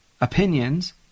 opinions